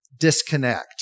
disconnect